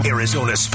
Arizona